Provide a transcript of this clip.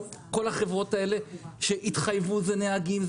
על החברות האלה שהתחייבו אלה נהגים,